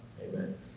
amen